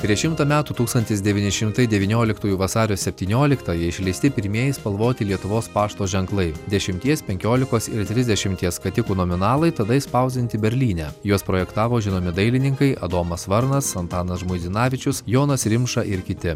prieš šimtą metų tūkstantis devyni šimtai devynioliktųjų vasario septynioliktąją išleisti pirmieji spalvoti lietuvos pašto ženklai dešimties penkiolikos ir trisdešimties skatikų nominalai tada išspausdinti berlyne juos projektavo žinomi dailininkai adomas varnas antanas žmuidzinavičius jonas rimša ir kiti